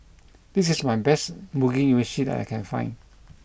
this is my best Mugi Meshi that I can find